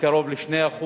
לקרוב ל-2%.